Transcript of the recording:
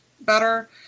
better